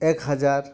ᱮᱠ ᱦᱟᱡᱟᱨ